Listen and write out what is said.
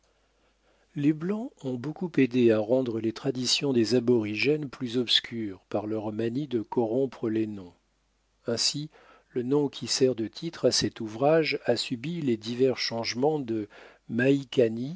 les blancs ont beaucoup aidé à rendre les traditions des aborigènes plus obscures par leur manie de corrompre les noms ainsi le nom qui sert de titre à cet ouvrage a subi les divers changements de